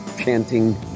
chanting